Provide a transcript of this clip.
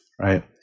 right